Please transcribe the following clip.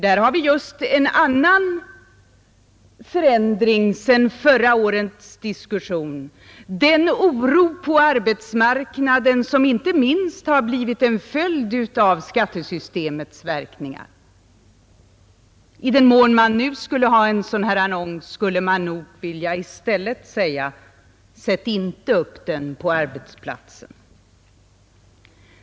Där har vi just en annan förändring som har inträtt sedan förra årets diskussion, den oro på arbetsmarknaden som har blivit en följd inte minst av skattesystemets verkningar. I den mån man nu skulle ha en sådan här annons skulle man nog i stället vilja säga: Sätt inte upp den på arbetsplatsen.